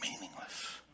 meaningless